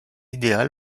idéal